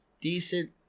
decent